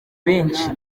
benshi